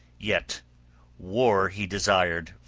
yet war he desired,